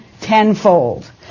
tenfold